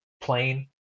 plain